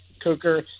cooker